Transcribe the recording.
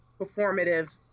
performative